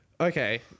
Okay